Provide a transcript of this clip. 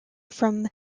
from